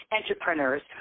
entrepreneurs